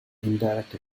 indirect